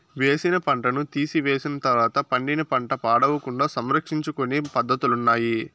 వేసిన పంటను తీసివేసిన తర్వాత పండిన పంట పాడవకుండా సంరక్షించుకొనే పద్ధతులున్నాయి